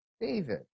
David